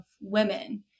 women